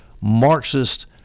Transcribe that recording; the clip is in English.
Marxist